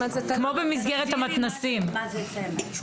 תגדירי מה זה סמל.